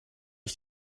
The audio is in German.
ich